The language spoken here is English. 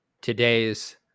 today's